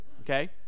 Okay